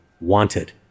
wanted